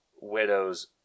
widow's